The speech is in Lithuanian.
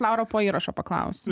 laura po įrašo paklausiu